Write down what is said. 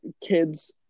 kids